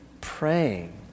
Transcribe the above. praying